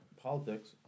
Politics